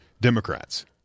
Democrats